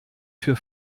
für